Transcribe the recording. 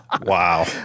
Wow